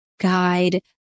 guide